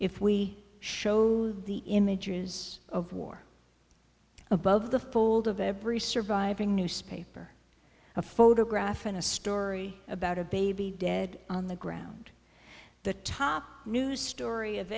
if we showed the images of war above the fold of every surviving newspaper a photograph and a story about a baby dead on the ground the top news story of